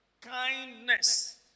kindness